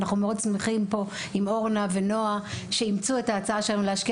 ואנחנו מאוד שמחים פה עם אורנה ונועה שאימצו את ההצעה שלנו להשקיע